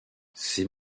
ses